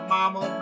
Mama